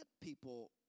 people